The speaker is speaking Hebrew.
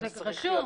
זה רשום